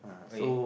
okay